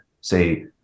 say